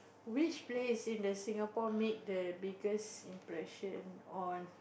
which place in the Singapore made the biggest impression on